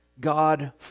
God